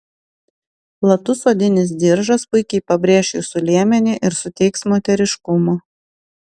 platus odinis diržas puikiai pabrėš jūsų liemenį ir suteiks moteriškumo